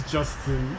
Justin